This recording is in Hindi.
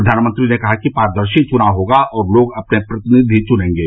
प्रधानमंत्री ने कहा कि पारदर्शी चुनाव होगा और लोग अपने प्रतिनिधि चुनेंगे